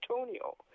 Antonio